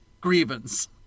grievance